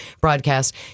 broadcast